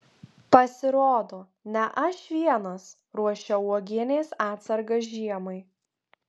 pasirodo ne aš vienas ruošiau uogienės atsargas žiemai